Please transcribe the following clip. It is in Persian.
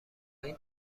این